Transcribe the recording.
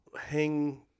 hang